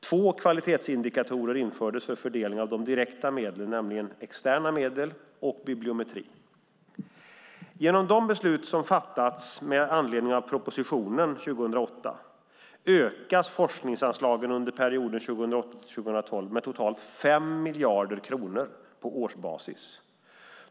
Två kvalitetsindikatorer infördes för fördelning av de direkta medlen, nämligen externa medel och bibliometri. Genom de beslut som har fattats med anledning av propositionen 2008 ökas forskningsanslagen under perioden 2008-2012 med totalt 5 miljarder kronor på årsbasis.